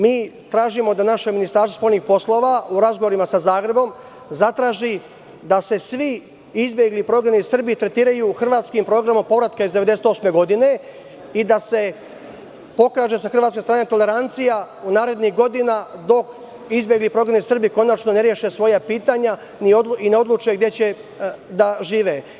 Mi tražio da naše Ministarstvo spoljnih poslova, u razgovorima sa Zagrebom, zatraži da se svi izbegli i prognani Srbi tretiraju hrvatskim programom povratka iz 1998. godine i da se pokaže sa hrvatske strane tolerancija u narednim godinama dok izbegli i prognani Srbi konačno ne reše svoja pitanja i ne odluče gde će da žive.